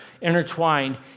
intertwined